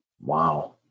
Wow